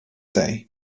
day